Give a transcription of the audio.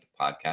podcast